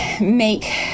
make